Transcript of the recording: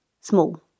small